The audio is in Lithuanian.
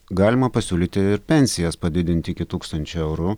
galima pasiūlyti ir pensijas padidinti iki tūkstančio eurų